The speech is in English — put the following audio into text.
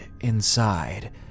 inside